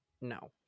No